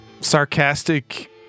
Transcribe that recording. sarcastic